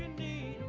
and b